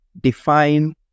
define